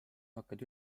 hakkad